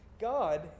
God